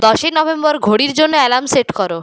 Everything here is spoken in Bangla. দশই নভেম্বর ঘড়ির জন্য অ্যালার্ম সেট করো